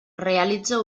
realitza